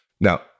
Now